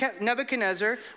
Nebuchadnezzar